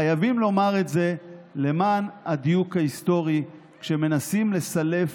חייבים לומר את זה למען הדיוק ההיסטורי כשמנסים לסלף